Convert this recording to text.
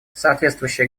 соответствующие